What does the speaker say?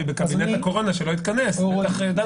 בקבינט הקורונה שלא התכנס בטח דנו בזה.